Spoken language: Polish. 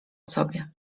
sobie